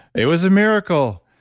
it was a miracle.